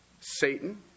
Satan